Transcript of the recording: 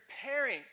preparing